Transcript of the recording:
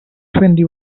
twenty